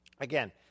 Again